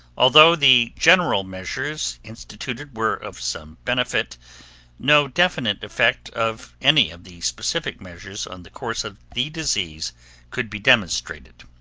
although the general measures instituted were of some benefit no definite effect of any of the specific measures on the course of the disease could be demonstrated.